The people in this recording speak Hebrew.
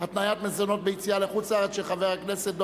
מזונות, אין